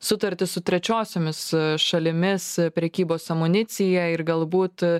sutartis su trečiosiomis šalimis prekybos amunicija ir galbūt